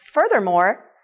Furthermore